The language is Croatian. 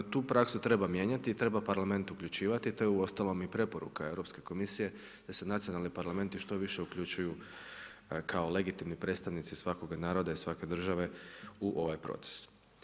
Tu praksu treba mijenjati i treba parlament uključivati, to je uostalom i preporuka Europske komisije, da se nacionalni parlamenti što više uključuju kao legitimni predstavnici svakog naroda i svake države u ovaj proces.